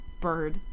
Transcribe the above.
Bird